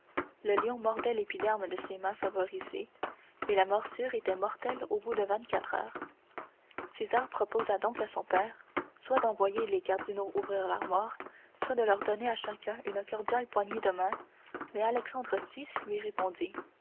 le lion mordait l'épiderme de ces mains favorisées et la morsure était mortelle au bout de vingt-quatre heures césar proposa donc à son père soit d'envoyer les cardinaux ouvrir l'armoire soit de leur donner à chacun une cordiale poignée de main mais alexandre vi lui répondit